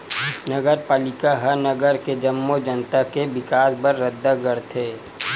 नगरपालिका ह नगर के जम्मो जनता के बिकास बर रद्दा गढ़थे